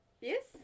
yes